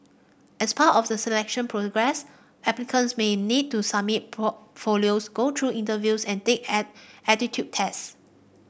as part of the selection process applicants may need to submit portfolios go through interviews and take add aptitude tests